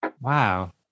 wow